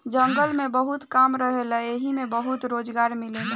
जंगल में बहुत काम रहेला एइमे बहुते रोजगार मिलेला